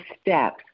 steps